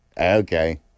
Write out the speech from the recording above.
Okay